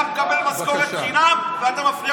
אתה מפר הפרה חמורה, מאוד